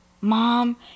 Mom